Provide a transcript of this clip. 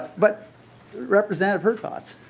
but representative hertaus